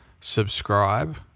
subscribe